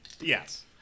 yes